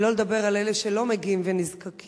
שלא לדבר על אלה שלא מגיעים ונזקקים.